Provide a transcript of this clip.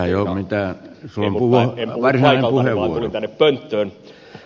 en puhu paikaltani vaan tulin tänne pönttöön